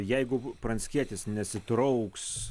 jeigu pranckietis nesitrauks